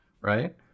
Right